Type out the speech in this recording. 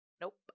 Nope